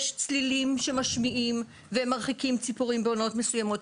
יש צלילים שמשמיעים והם מרחיקים ציפורים בעונות מסוימות.